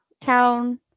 Town